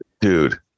dude